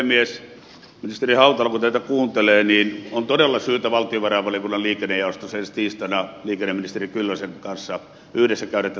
ministeri hautala kun teitä kuuntelee niin on todella syytä valtiovarainvaliokunnan liikennejaostossa ensi tiistaina liikenneministeri kyllösen kanssa yhdessä käydä tätä läpi